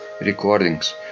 recordings